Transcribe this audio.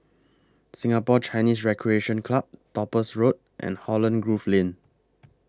Singapore Chinese Recreation Club Topaz Road and Holland Grove Lane